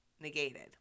negated